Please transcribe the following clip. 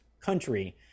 country